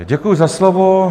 Děkuji za slovo.